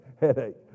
headache